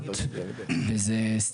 זה שהסוגיה של האמינות,